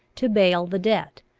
to bail the debt,